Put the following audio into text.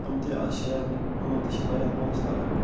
یِم تہِ آسہٕ شیرنہِ إمَن تہِ چھِ واریاہ پونٛسہٕ لَگان